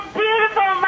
beautiful